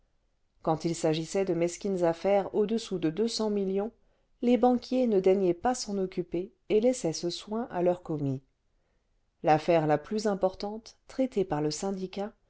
quand il s'agissait de mesquines affaires au-dessous de millions les banquiers ne daignaient pas s'en occuper et laissaient ce soin à leurs commis l'affaire la plus importante traitée par le syndicat